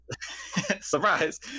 surprise